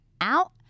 out